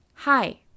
Hi